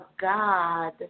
God